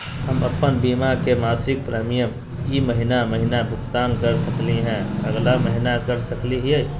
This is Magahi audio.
हम अप्पन बीमा के मासिक प्रीमियम ई महीना महिना भुगतान कर सकली हे, अगला महीना कर सकली हई?